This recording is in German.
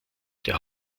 der